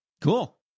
Cool